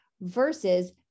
versus